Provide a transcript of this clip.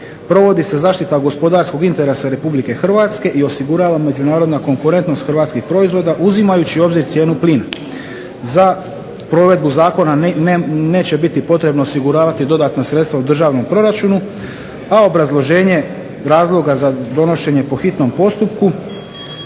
Provodi se zaštita gospodarskog interesa Republike Hrvatske i osigurava međunarodna konkurentnost hrvatskih proizvoda uzimajući u obzir cijenu plina. Za provedbu zakona neće biti potrebno osiguravati dodatna sredstva u državnom proračunu, a obrazloženje razloga za donošenje po hitnom postupku